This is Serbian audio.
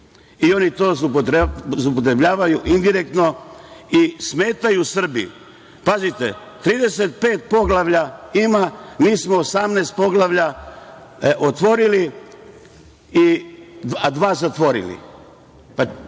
i oni to zloupotrebljavaju indirektno. I smetaju Srbi, pazite, 35 poglavlja ima, mi smo 18 poglavlja otvorili, a dva zatvorili,